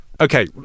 Okay